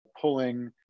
pulling